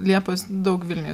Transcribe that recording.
liepos daug vilniuj